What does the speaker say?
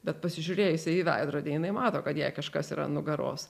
bet pasižiūrėjusi į veidrodį jinai mato kad jai kažkas yra ant nugaros